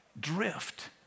Drift